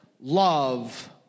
Love